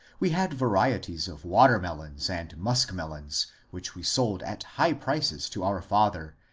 we had varieties of watermelons and muskmelons which we sold at high prices to our father,